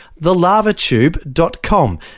thelavatube.com